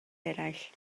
eraill